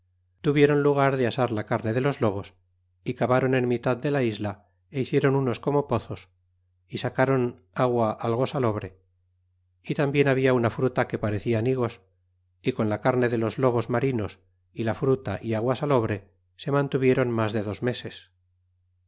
tuvieron lugar de asar la carne de los lobos y cabron en mitad de la isla a hicieron unos como pozos y sacron agua algo salobre y tambien habla una fruta que parecian higos y con la carne de los lobos marinos y la fruta y agua salobre se mantuvieron mas de dos meses